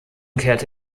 kehrte